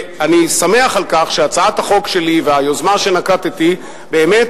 אני שמח על כך שהצעת החוק שלי והיוזמה שנקטתי באמת